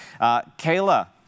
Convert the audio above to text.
Kayla